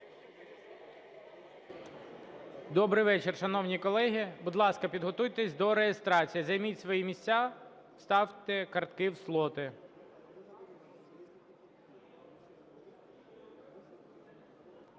Добрий вечір, шановні колеги. Будь ласка, підготуйтесь до реєстрації, займіть свої місця, вставте картки в слоти.